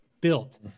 built